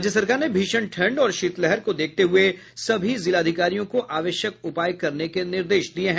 राज्य सरकार ने भीषण ठंड और शीतलहर को देखते हुये सभी जिलाधिकारियों को आवश्यक उपाय करने के निर्देश दिये है